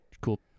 cool